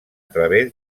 través